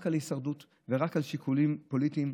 על הישרדות ורק על שיקולים פוליטיים,